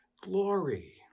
glory